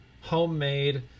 homemade